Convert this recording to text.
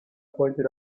pointed